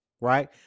right